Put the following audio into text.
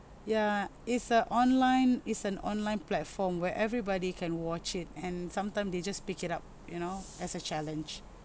ya it's a online is an online platform where everybody can watch it and sometime they just pick it up you know as a challenge